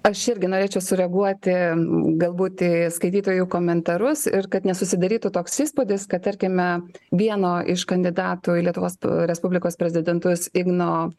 aš irgi norėčiau sureaguoti galbūt į skaitytojų komentarus ir kad nesusidarytų toks įspūdis kad tarkime vieno iš kandidatų į lietuvos respublikos prezidentus igno